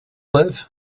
live